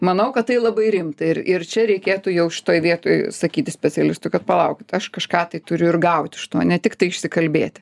manau kad tai labai rimta ir ir čia reikėtų jau šitoj vietoj sakyti specialistui kad palaukit aš kažką tai turiu ir gauti iš to ne tiktai išsikalbėti